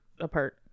apart